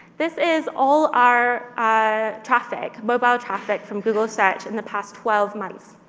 this is all our ah traffic, mobile traffic, from google search in the past twelve months.